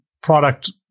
product